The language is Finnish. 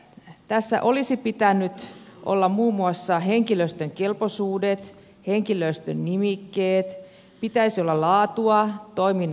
tässä olisi pitänyt olla muun muassa henkilöstön kelpoisuudet henkilöstön nimikkeet pitäisi olla laatua toiminnan sisältöä